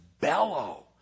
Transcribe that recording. bellow